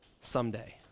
someday